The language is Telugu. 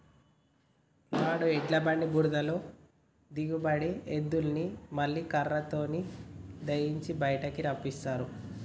నాడు ఎడ్ల బండి బురదలో దిగబడితే ఎద్దులని ముళ్ళ కర్రతో దయియించి బయటికి రప్పిస్తారు